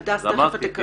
אז אמרתי,